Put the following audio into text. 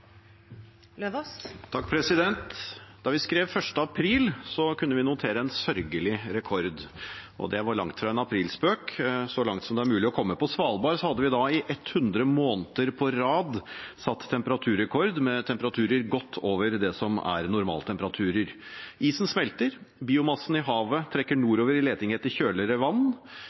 Da vi skrev 1. april, kunne vi notere en sørgelig rekord, og det var langt fra en aprilspøk – så langt det er mulig å komme. På Svalbard hadde vi da, i 100 måneder på rad, satt temperaturrekord med temperaturer godt over det som er normaltemperaturer. Isen smelter. Biomassen i havet trekker nordover i leting etter kjøligere vann.